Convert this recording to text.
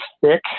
thick